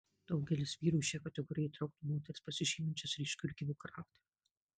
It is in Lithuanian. daugelis vyrų į šią kategoriją įtrauktų moteris pasižyminčias ryškiu ir gyvu charakteriu